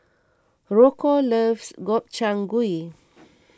Rocco loves Gobchang Gui